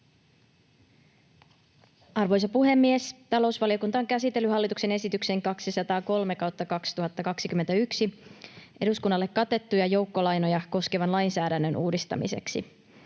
Arvoisa puhemies! Talousvaliokunta on käsitellyt hallituksen esityksen 203/2021 eduskunnalle katettuja joukkolainoja koskevan lainsäädännön uudistamiseksi.